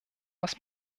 was